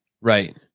Right